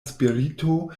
spirito